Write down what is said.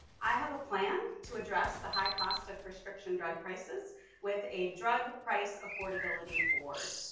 i have a plan to address the high cost of prescription drug prices with a drug price affordability board.